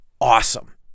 awesome